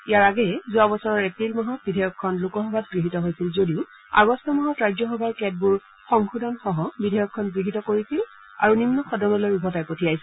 ইয়াৰ আগেয়ে যোৱা বছৰৰ এপ্ৰিল মাহত বিধেয়কখন লোকসভাত গৃহীত হৈছিল যদিও আগষ্ট মাহত ৰাজ্যসভাই কেতবোৰ সংশোধনসহ বিধেয়খন গৃহীত কৰিছিল আৰু নিম্ন সদনলৈ উভতাই পঠিয়াইছিল